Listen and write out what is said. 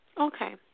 Okay